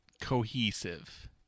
cohesive